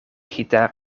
gitaar